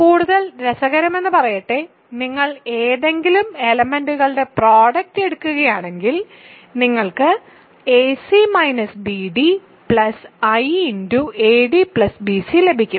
കൂടുതൽ രസകരമെന്നു പറയട്ടെ നിങ്ങൾ ഏതെങ്കിലും എലെമെന്റ്സ്കളുടെ പ്രോഡക്റ്റ് എടുക്കുകയാണെങ്കിൽ നിങ്ങൾക്ക് ac - bd iadbc ലഭിക്കും